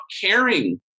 caring